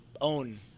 own